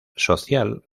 social